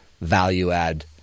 value-add